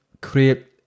create